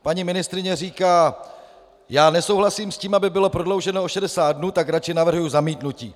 Paní ministryně říká: Nesouhlasím s tím, aby bylo prodlouženo o 60 dnů, tak raději navrhuji zamítnutí.